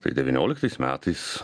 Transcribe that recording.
tai devynioliktais metais